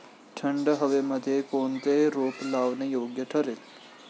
थंड हवेमध्ये कोणते रोप लावणे योग्य ठरेल?